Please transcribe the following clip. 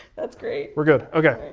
that's great. we're good, okay,